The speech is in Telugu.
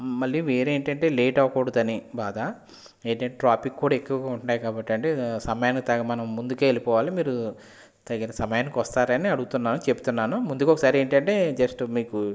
మళ్ళీ వేరే ఏంటంటే లేట్ అవ్వకూడదు అని బాధ ఏంటంటే ట్రాఫిక్ కూడా ఎక్కువ ఉంటున్నాయి కాబట్టి అండి సమయానికి తగ్గ మనం ముందుకే వెళ్ళిపోవాలి మీరు తగిన సమయానికి వస్తారని అడుగుతున్నాను చెప్తున్నాను ముందుగా ఒకసారి ఏంటంటే జస్ట్ మీకు